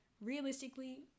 Realistically